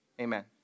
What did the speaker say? Amen